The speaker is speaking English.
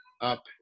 up